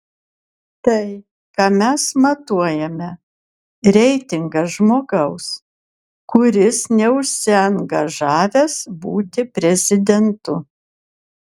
tai ką mes matuojame reitingas žmogaus kuris neužsiangažavęs būti prezidentu